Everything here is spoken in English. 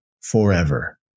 forever